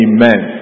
Amen